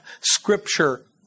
scripture